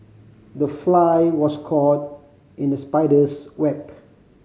the fly was caught in the spider's web